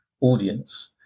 audience